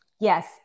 yes